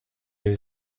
new